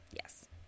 yes